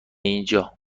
اینجا